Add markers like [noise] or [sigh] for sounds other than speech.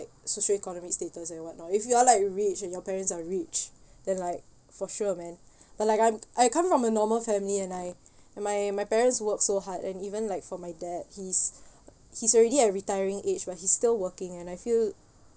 social economic status and whatnot if you are like rich and your parents are rich then like for sure man but like I'm I come from a normal family and I and my my parents work so hard and even like for my dad he's [breath] he's already at retiring age but he's still working and I feel